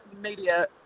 media